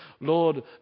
Lord